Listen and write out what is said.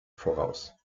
voraus